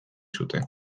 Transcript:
zuten